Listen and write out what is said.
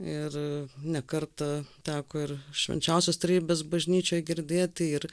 ir ne kartą teko ir švenčiausios trejybės bažnyčioj girdėti ir